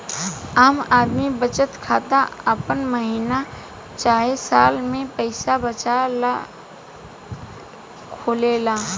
आम आदमी बचत खाता आपन महीना चाहे साल के पईसा बचावे ला खोलेले